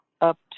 up